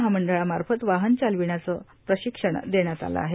महामंडळामार्फत वाहन चालविण्याचे प्रशिक्षण देण्यात आले आहे